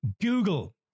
Google